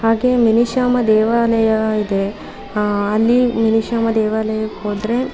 ಹಾಗೆ ನಿಮಿಷಾಂಬ ದೇವಾಲಯ ಇದೆ ಅಲ್ಲಿ ನಿಮಿಷಾಂಬ ದೇವಾಲಯಕ್ಕೆ ಹೋದ್ರೆ